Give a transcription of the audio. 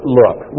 look